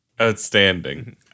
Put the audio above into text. Outstanding